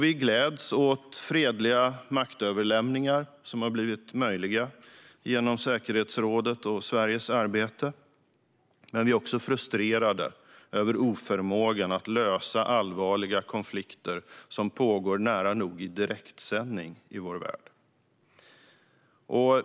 Vi gläds åt fredliga maktöverlämningar som har blivit möjliga genom säkerhetsrådet och Sveriges arbete. Men vi är också frustrerade över oförmågan att lösa allvarliga konflikter som pågår nära nog i direktsändning i vår värld.